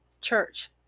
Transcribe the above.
church